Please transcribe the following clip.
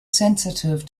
sensitive